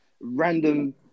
random